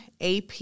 AP